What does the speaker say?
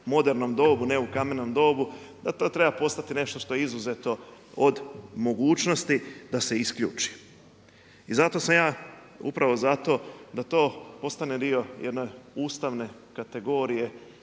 modernom dobu, a ne u kamenom dobu da to treba postati nešto što je izuzeto od mogućnosti da se isključi. I zato sam ja upravo zato da to postane dio jedne ustavne kategorije